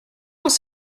dans